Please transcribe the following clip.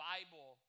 Bible